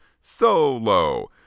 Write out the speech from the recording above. solo